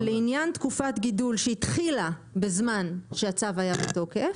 לעניין תקופת גידול שהתחילה בזמן שהצו היה בתוקף,